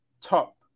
Top